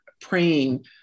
praying